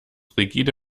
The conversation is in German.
rigide